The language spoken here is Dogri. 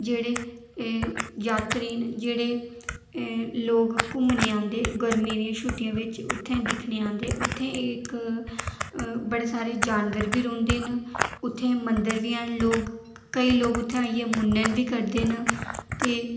जेह्ड़े एह् जात्तरी न जेह्ड़े लोक घुम्मने आंदे गरमियें दी छुट्टियें बिच उत्थें दिक्खने आंदे उत्थें इक्क बड़े सारे जानवर बी रौंह्दे न उत्थें मंदर बी हैन लोक केईं लोक उत्थें आइयै मुन्नन बी करदे न ते